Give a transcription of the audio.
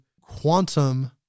quantum